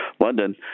london